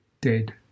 dead